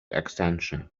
extension